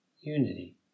unity